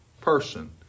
person